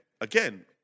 again